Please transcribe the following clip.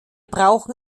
brauchen